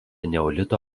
neolito